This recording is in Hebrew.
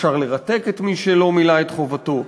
אפשר לרתק את מי שלא מילא את חובתו,